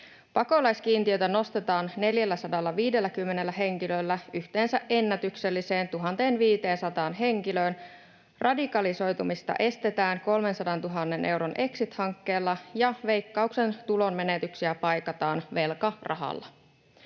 Pakolaiskiintiötä nostetaan 450 henkilöllä yhteensä ennätykselliseen 1 500 henkilöön, radikalisoitumista estetään 300 000 euron exit-hankkeella ja Veikkauksen tulonmenetyksiä paikataan velkarahalla.